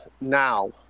now